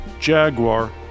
jaguar